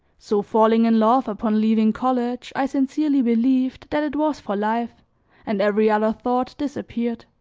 so falling in love upon leaving college i sincerely believed that it was for life and every other thought disappeared.